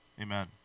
Amen